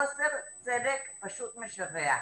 חוסר צדק פשוט משווע.